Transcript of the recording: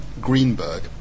Greenberg